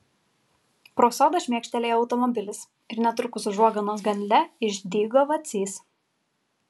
pro sodą šmėkštelėjo automobilis ir netrukus užuoganos gale išdygo vacys